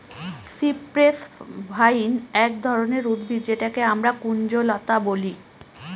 cypress vine এক ধরনের উদ্ভিদ যেটাকে আমরা কুঞ্জলতা বলি